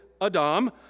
Adam